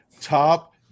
Top